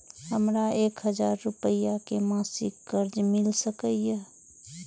हमरा एक हजार रुपया के मासिक कर्ज मिल सकिय?